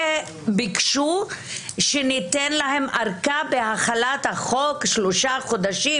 וביקשו שניתן להם ארכה בהחלטת החוק שלושה חודשים